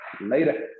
Later